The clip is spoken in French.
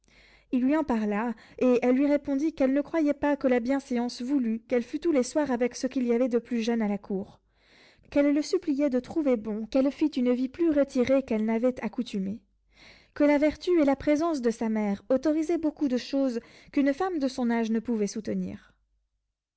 il lui en parla et elle lui répondit qu'elle ne croyait pas que la bienséance voulût qu'elle fût tous les soirs avec ce qu'il y avait de plus jeune à la cour qu'elle le suppliait de trouver bon qu'elle fît une vie plus retirée qu'elle n'avait accoutumé que la vertu et la présence de sa mère autorisaient beaucoup de choses qu'une femme de son âge ne pouvait soutenir